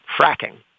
fracking